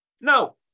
Now